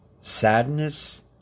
sadness